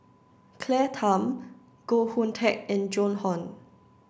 Claire Tham Koh Hoon Teck and Joan Hon